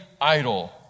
idol